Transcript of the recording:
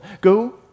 go